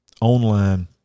online